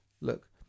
look